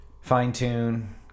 fine-tune